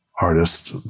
artist